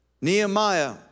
Nehemiah